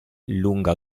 lunga